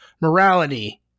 morality